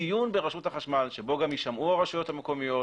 דיון ברשות החשמל שגם יישמעו בו הרשויות המקומיות?